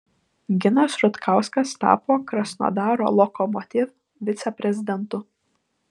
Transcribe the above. ginas rutkauskas tapo krasnodaro lokomotiv viceprezidentu